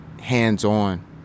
hands-on